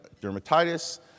dermatitis